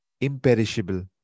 imperishable